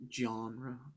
genre